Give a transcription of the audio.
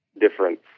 difference